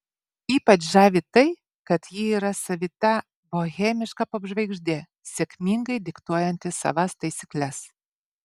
ypač žavi tai kad ji yra savita bohemiška popžvaigždė sėkmingai diktuojanti savas taisykles